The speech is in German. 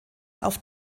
auf